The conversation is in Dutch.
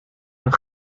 een